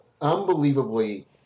unbelievably